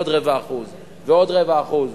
עוד רבע אחוז ועוד רבע אחוז.